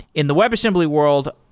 in the webassembly world,